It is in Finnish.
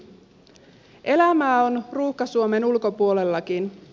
elämää on ruuhka suomen ulkopuolellakin